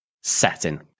setting